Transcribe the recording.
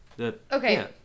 Okay